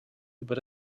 über